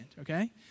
okay